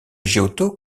giotto